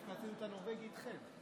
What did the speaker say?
דווקא עשינו את הנורבגי איתכם.